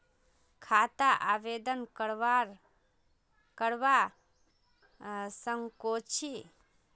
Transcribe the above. खाता आवेदन करवा संकोची?